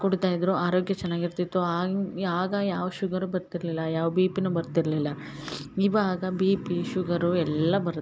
ಕುಡೀತಾ ಇದ್ದರು ಆರೋಗ್ಯ ಚೆನ್ನಾಗಿರ್ತಿತ್ತು ಆಗಿನ ಆಗ ಯಾವ ಶುಗರೂ ಬರ್ತಿರಲಿಲ್ಲ ಯಾವ ಬಿ ಪಿಯೂ ಬರ್ತಿರಲಿಲ್ಲ ಇವಾಗ ಬಿ ಪಿ ಶುಗರು ಎಲ್ಲ ಬರುತ್ತೆ